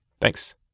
Thanks